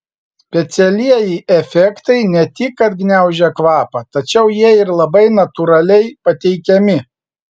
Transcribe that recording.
specialieji efektai ne tik kad gniaužia kvapą tačiau jie ir labai natūraliai pateikiami